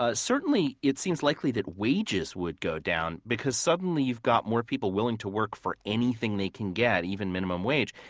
ah certainly it seems likely that wages would go down because suddenly you've got more people willing to work for anything they can get even minimum wage.